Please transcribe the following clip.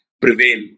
prevail